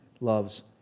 loves